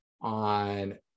on –